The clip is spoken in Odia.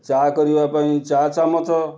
ଚା କରିବା ପାଇଁ ଚା ଚାମଚ